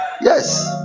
yes